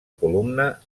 columna